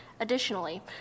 Additionally